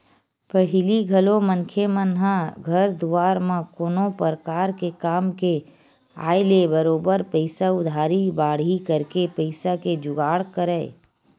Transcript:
पहिली घलो मनखे मन ह घर दुवार म कोनो परकार के काम के आय ले बरोबर पइसा उधारी बाड़ही करके पइसा के जुगाड़ करय